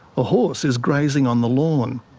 a horse is grazing on the lawn.